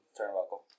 turnbuckle